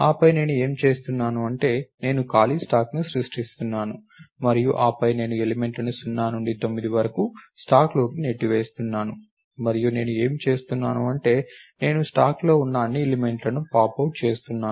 ఆపై నేను ఏమి చేస్తున్నాను అంటే నేను ఖాళీ స్టాక్ను సృష్టిస్తున్నాను మరియు ఆపై నేను ఎలిమెంట్లను 0 నుండి 9 వరకు స్టాక్లోకి నెట్టివేస్తున్నాను మరియు నేను ఏమి చేస్తున్నాను అంటే నేను స్టాక్లో ఉన్న అన్ని ఎలిమెంట్లను పాప్ అవుట్ చేస్తున్నాను